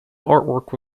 artwork